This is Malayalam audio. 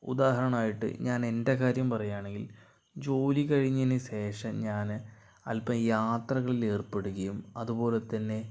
ഉദാഹരണമായിട്ട് ഞാൻ എൻ്റെ കാര്യം പറയാണെങ്കിൽ ജോലിക്കഴിഞ്ഞതിന് ശേഷം ഞാന് അല്പം യാത്രകളിൽ ഏർപ്പെടുകയും അതുപോലെ തന്നെ